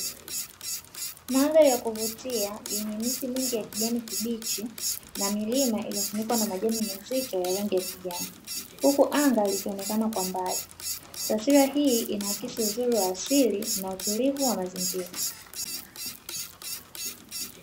Mandhari ya kuvutia yenye miti mingi ya kijani kibichi na milima iliyofunikwa na majani mazito ya rangi ya kijani, huku anga likionekana kwa mbali, taswira hii inaakisi uzuri wa asili na utulivu wa mazingira.